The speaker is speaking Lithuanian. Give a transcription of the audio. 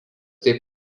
taip